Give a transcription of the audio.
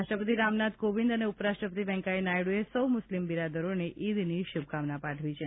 રાષ્ટ્રપતિ રામનાથ કોવિંદ અને ઉપરાષ્ટ્રપતિ વેકૈયા નાયડ્રએ સૌ મુસ્લિમ બિરાદરોને ઇદની શુભકામના પાઠવી છે